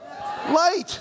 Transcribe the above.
light